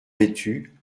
vêtus